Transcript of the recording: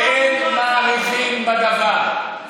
ואין מאריכים בדבר.